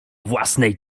własnej